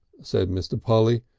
said mr. polly.